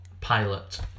pilot